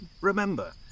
Remember